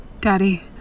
Daddy